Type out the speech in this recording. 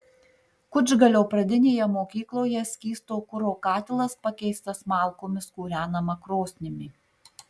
kučgalio pradinėje mokykloje skysto kuro katilas pakeistas malkomis kūrenama krosnimi